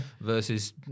versus